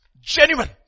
Genuine